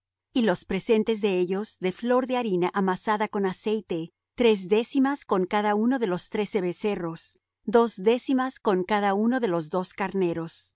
y los presentes de ellos de flor de harina amasada con aceite tres décimas con cada uno de los trece becerros dos décimas con